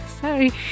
Sorry